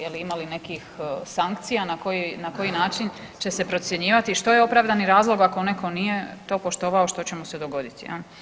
Je li, ima li nekih sankcija na koji način će se procjenjivati što je opravdani razlog, ako netko nije to poštovao, što će mu se dogoditi?